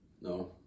No